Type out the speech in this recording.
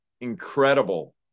incredible